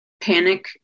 panic